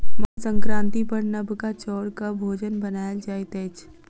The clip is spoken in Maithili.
मकर संक्रांति पर नबका चौरक भोजन बनायल जाइत अछि